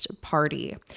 Party